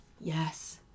Yes